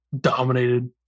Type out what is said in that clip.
dominated